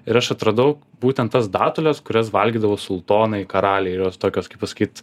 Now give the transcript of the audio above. ir aš atradau būtent tas datules kurias valgydavo sultonai karaliai ir jos tokios kaip pasakyt